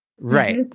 right